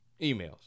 emails